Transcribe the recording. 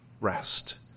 rest